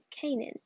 Canaan